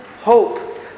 hope